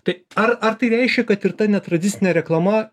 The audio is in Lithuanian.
tai ar ar tai reiškia kad ir ta netradicinė reklama